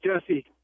Jesse